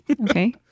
Okay